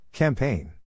Campaign